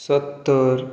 सत्तर